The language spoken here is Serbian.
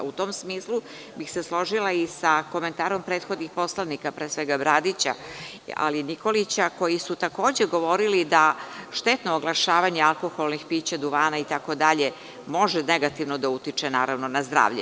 U tom smislu bih se složila i sa komentarom prethodnih poslanika, pre svega Bradića, ali i Nikolića koji su takođe govorili da štetno oglašavanje alkoholnih pića, duvana, itd. može negativno da utiče naravno na zdravlje.